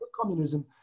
Communism